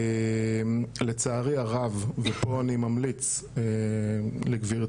לצערי הרב ופה אני ממליץ לגברתי,